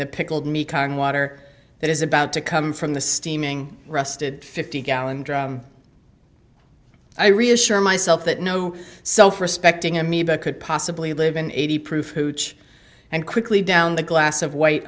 the pickled me congo water that is about to come from the steaming rusted fifty gallon drum i reassure myself that no self respecting amoeba could possibly live in eighty proof hooch and quickly down the glass of white